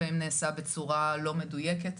לפעמים נעשה בצורה לא מדוייקת.